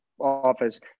office